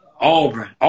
Auburn